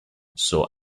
saw